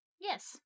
Yes